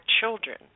children